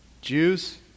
Jews